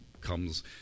comes